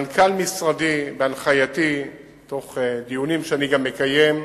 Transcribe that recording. מנכ"ל משרדי, בהנחייתי, וגם בדיונים שאני מקיים,